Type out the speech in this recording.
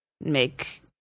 make